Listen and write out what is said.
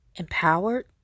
Empowered